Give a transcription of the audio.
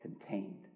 contained